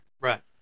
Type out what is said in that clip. Right